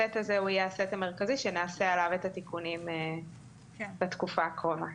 הסט הזה הוא יהיה הסט המרכזי שנעשה עליו את התיקונים בתקופה הקרובה.